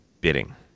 bidding